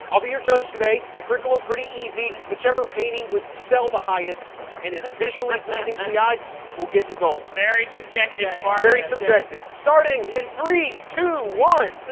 i'll be your judge today. the curriculum, pretty easy. whichever painting would sell the highest and is visually pleasing to the eyes will get the gold. very subjective, sparky. ah very subjective. starting in three, two, one.